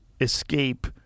escape